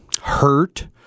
hurt